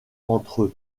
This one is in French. entre